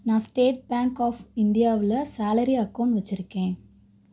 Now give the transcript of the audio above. நான் State Bank of இந்தியாவில் salary account வச்சிருக்கேன்